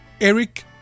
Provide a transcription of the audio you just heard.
Eric